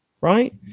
Right